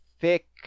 thick